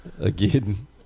Again